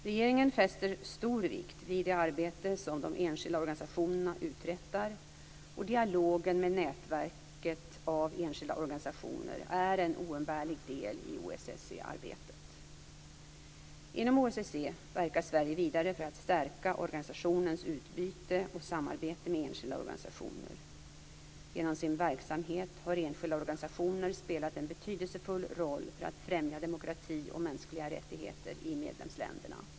Regeringen fäster stor vikt vid det arbete som de enskilda organisationerna uträttar, och dialogen med nätverket av enskilda organisationer är en oumbärlig del i OSSE-arbetet. Inom OSSE verkar Sverige vidare för att stärka organisationens utbyte och samarbete med enskilda organisationer. Genom sin verksamhet har enskilda organisationer spelat en betydelsefull roll för att främja demokrati och mänskliga rättigheter i medlemsländerna.